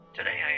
Today